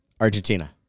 Argentina